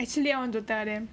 actually I want to tell them